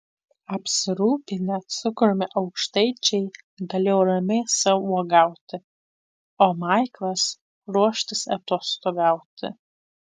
apsirūpinę cukrumi aukštaičiai galėjo ramiai sau uogauti o maiklas ruoštis atostogauti